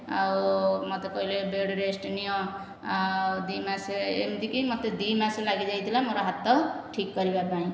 ଆଉ ମୋତେ କହିଲେ ବେଡ଼୍ ରେଷ୍ଟ ନିଅ ଦୁଇ ମାସ ଏମିତିକି ମୋତେ ଦୁଇ ମାସ ଲାଗିଯାଇଥିଲା ମୋ ହାତ ଠିକ କରିବାପାଇଁ